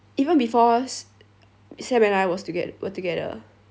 even before s~ sam and I was toget~ were together